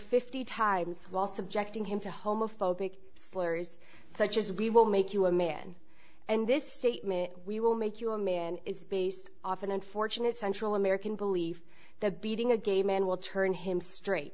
fifty times while subjecting him to homophobic slurs such as we will make you a man and this statement we will make you a man is based off an unfortunate central american believe the beating a gay man will turn him straight